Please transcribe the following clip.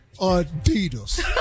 Adidas